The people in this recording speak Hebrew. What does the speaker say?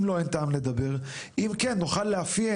אם לא, אין טעם לדבר, אם כן, נוכל לאפיין,